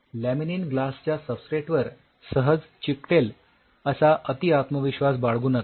laminin glass च्या substrate वर सहज चिकटेल असा अति आत्मविश्वास बाळगू नका